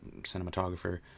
cinematographer